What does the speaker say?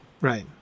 right